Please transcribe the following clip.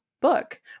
book